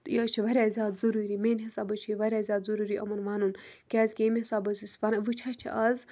یہِ حظ چھِ واریاہ زیادٕ ضٔروٗری میٛانہِ حِساب حظ چھِ یہِ واریاہ زیادٕ ضٔروٗری یِمَن وَنُن کیٛازِکہِ ییٚمہِ حِساب حظ أسۍ وَنان وٕچھان چھِ آز